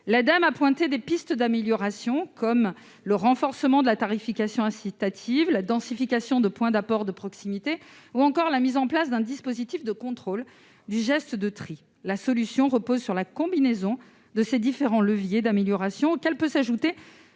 Elle a pointé des pistes d'amélioration, comme le renforcement de la tarification incitative, la densification des points d'apport de proximité ou encore la mise en place d'un dispositif de contrôle du geste de tri. La solution repose sur la combinaison de ces différents leviers, auxquels peut s'ajouter